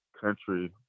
country